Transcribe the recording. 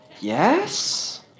Yes